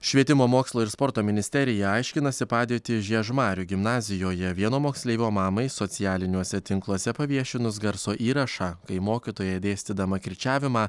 švietimo mokslo ir sporto ministerija aiškinasi padėtį žiežmarių gimnazijoje vieno moksleivio mamai socialiniuose tinkluose paviešinus garso įrašą kai mokytoja dėstydama kirčiavimą